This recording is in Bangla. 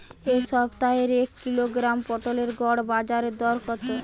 এ সপ্তাহের এক কিলোগ্রাম পটলের গড় বাজারে দর কত?